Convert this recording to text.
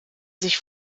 sich